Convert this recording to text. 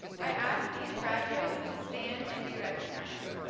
i ask these graduates to stand and be recognized.